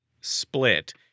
split